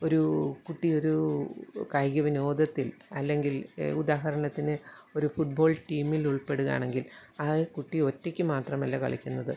ഒരു കുട്ടി ഒരു കായിക വിനോദത്തിൽ അല്ലെങ്കിൽ ഉദാഹരണത്തിന് ഒരു ഫുട്ബോൾ ടീമിൽ ഉൾപ്പെടുകയാണെങ്കിൽ ആ കുട്ടി ഒറ്റയ്ക്ക് മാത്രമല്ല കളിക്കുന്നത്